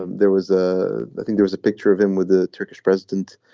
um there was a i think there is a picture of him with the turkish president